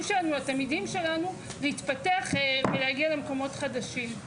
שלנו לתלמידים שלנו להתפתח ולהגיע למקומות חדשים,